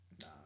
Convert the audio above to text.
nah